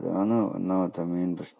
അതാണ് ഒന്നാമത്തെ മെയിൻ പ്രശ്നം